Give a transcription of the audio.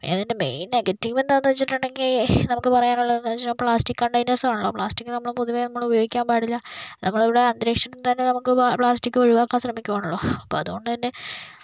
അതിൻ്റെ main negative എന്താണെന്ന് വെച്ചിട്ടുണ്ടെങ്കിൽ നമുക്ക് പറയാൻ ഉള്ളത് എന്ന് വെച്ചാൽ പ്ലാസ്റ്റിക് കണ്ടെയ്നർസാണ് അല്ലേ പ്ലാസ്റ്റിക് നമ്മൾ പൊതുവെ നമ്മൾ ഉപയോഗിക്കാൻ പാടില്ല നമ്മൾ ഇവിടെ അന്തരീക്ഷത്തിൽ തന്നെ നമുക്ക് പ്ലാസ്റ്റിക് ഒഴിവാക്കാൻ ശ്രമിക്കുകയാണല്ലോ അപ്പം അതു കൊണ്ട് തന്നെ